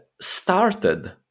started